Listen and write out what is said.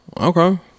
okay